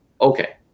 okay